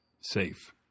safe